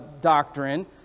doctrine